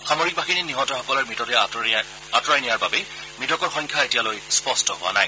সামৰিক বাহিনীয়ে নিহতসকলৰ মৃতদেহ আঁতৰাই নিয়াৰ বাবে মৃতকৰ সংখ্যা এতিয়ালৈ স্পষ্ট হোৱা নাই